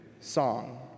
song